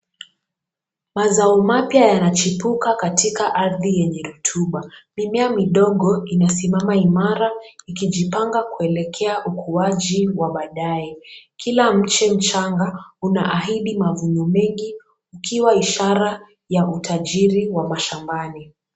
Mazao mapya yanachipuka kwenye ardhi yenye rotuba. Mimea midogo inasimama imara ikijipanga kuelekea ukuwaji wa baadae. Kila mche mchanga una ahadi mavuno mengi ukiwa ishara ya utajiri ya shambani.